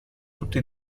tutti